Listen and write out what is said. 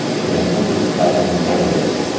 you know, hundreds of thousands of candidates,